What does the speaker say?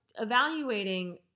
evaluating